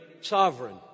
sovereign